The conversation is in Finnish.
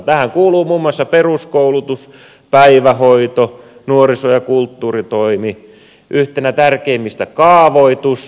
tähän kuuluu muun muassa peruskoulutus päivähoito nuoriso ja kulttuuritoimi yhtenä tärkeimmistä kaavoitus sekä elinkeinotoiminta